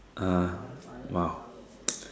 uh !wow!